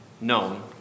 known